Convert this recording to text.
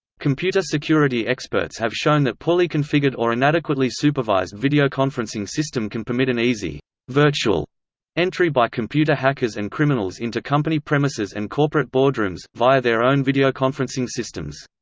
computer security experts have shown that poorly configured or inadequately supervised videoconferencing system can permit an easy virtual entry by computer hackers and criminals into company premises and corporate boardrooms, via their own videoconferencing systems.